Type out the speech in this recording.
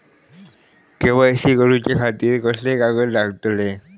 KYC करूच्या खातिर कसले कागद लागतले?